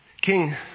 king